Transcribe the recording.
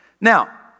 Now